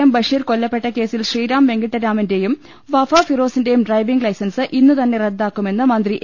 M Basheer കൊല്ലപ്പെട്ട കേസിൽ ശ്രീറാം വെങ്കിട്ടരാമന്റെയും വഫ ഫിറോസിന്റെയും ഡ്രൈവിംഗ് ലൈസൻസ് ഇന്നു തന്നെ റദ്ദാക്കുമെന്ന് മന്ത്രി എ